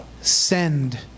send